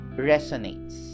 resonates